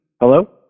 Hello